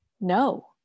no